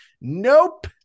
Nope